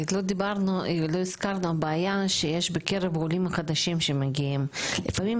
לא הזכרנו בעיה שיש בקרב העולים החדשים שמגיעים: לפעמים,